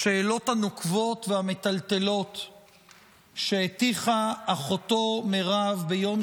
השאלות הנוקבות והמטלטלות שהטיחה אחותו מרב ביום